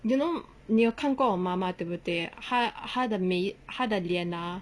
you know 你有看过我妈妈对不对她她的眉她的脸 ah